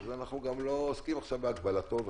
אז אנחנו גם לא עוסקים עכשיו בהגבלתו וכו'.